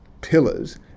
pillars